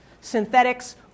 Synthetics